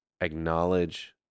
acknowledge